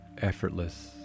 effortless